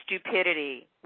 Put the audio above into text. stupidity